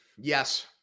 Yes